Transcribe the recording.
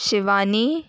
Shivani